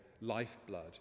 lifeblood